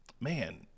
man